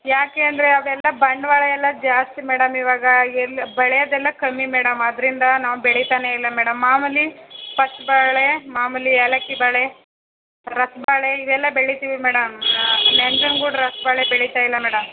ಯಾಕೆ ಅಂದರೆ ಅವೆಲ್ಲ ಬಂಡವಾಳ ಎಲ್ಲ ಜಾಸ್ತಿ ಮೇಡಮ್ ಇವಾಗ ಎಲ್ಲಿ ಬೆಳೆಯೋದೆಲ್ಲ ಕಮ್ಮಿ ಮೇಡಮ್ ಆದ್ದರಿಂದ ನಾವು ಬೆಳೀತಾನೆ ಇಲ್ಲ ಮೇಡಮ್ ಮಾಮೂಲಿ ಪಚ್ಚಬಾಳೆ ಮಾಮೂಲಿ ಏಲಕ್ಕಿ ಬಾಳೆ ರಸಬಾಳೆ ಇವೆಲ್ಲ ಬೆಳೀತೀವಿ ಮೇಡಮ್ ನಂಜನ್ಗೂಡು ರಸಬಾಳೆ ಬೆಳಿತಾಯಿಲ್ಲ ಮೇಡಮ್